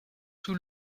tout